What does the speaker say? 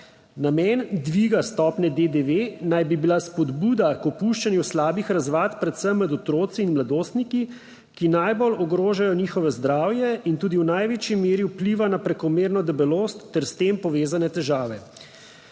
Namen dviga stopnje DDV naj bi bila spodbuda k opuščanju slabih razvad predvsem med otroci in mladostniki, ki najbolj ogrožajo njihovo zdravje in tudi v največji meri vpliva na prekomerno debelost ter s tem povezane težave.